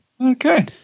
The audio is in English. Okay